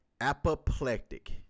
Apoplectic